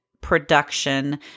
production